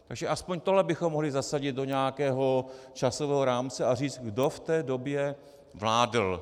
Takže aspoň tohle bychom mohli zasadit do nějakého časového rámce a říct, kdo v té době vládl.